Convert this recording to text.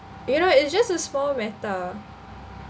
you know it's just a small matter